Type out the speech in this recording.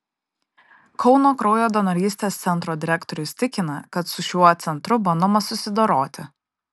kauno kraujo donorystės centro direktorius tikina kad su šiuo centru bandoma susidoroti